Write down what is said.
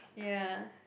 ya